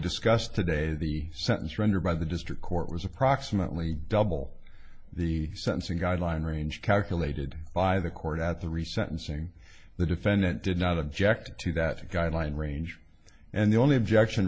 discussed today the sentence rendered by the district court was approximately double the sentencing guideline range calculated by the court at the recent unsing the defendant did not object to that guideline range and the only objection